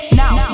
now